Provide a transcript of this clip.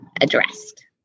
addressed